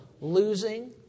losing